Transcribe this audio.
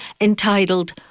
entitled